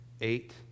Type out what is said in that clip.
eight